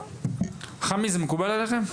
חמי, זה מקובל עליכם?